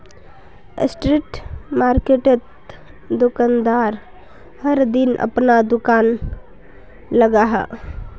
street मार्किटोत दुकानदार हर दिन अपना दूकान लगाहा